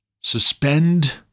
suspend